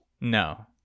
No